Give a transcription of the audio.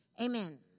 Amen